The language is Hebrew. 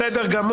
בסדר.